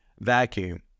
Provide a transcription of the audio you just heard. vacuum